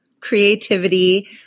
creativity